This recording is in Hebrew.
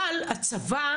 אבל הצבא,